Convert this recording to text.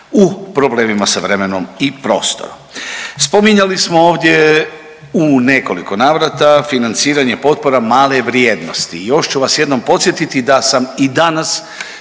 u problemima sa vremenom i prostorom. Spominjali smo ovdje u nekoliko navrata financiranje potpora male vrijednosti. Još ću vas jednom podsjetiti da sam i danas